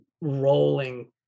rolling